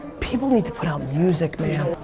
people need to put out music, man.